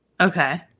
Okay